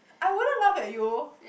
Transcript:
I wouldn't laugh at you